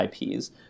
IPs